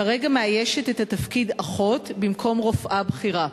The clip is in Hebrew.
כרגע מאיישת את התפקיד אחות במקום רופאה בכירה.